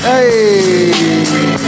Hey